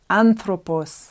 anthropos